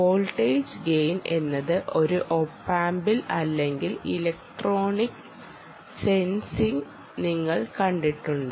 voltage gain എന്നത് ഒരു op amp ൽ അല്ലെങ്കിൽ ഇലക്ടോണിക് സെൻസിൽ നിങ്ങൾ കേട്ടിട്ടുണ്ട്